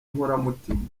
inkoramutima